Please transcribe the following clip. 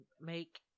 make